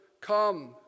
come